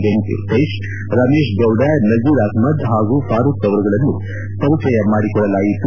ವೆಂಕಟೇಶ್ ರಮೇಶ್ಗೌಡ ನಜೀರ್ ಆಹಮ್ನದ್ ಹಾಗೂ ಫಾರೂಕ್ ಅವರುಗಳನ್ನು ಪರಿಚಯ ಮಾಡಿಕೊಡಲಾಯಿತು